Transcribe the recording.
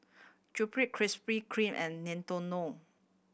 Sunplay Krispy Kreme and Nintendo